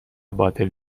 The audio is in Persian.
باطل